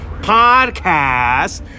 podcast